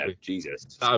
Jesus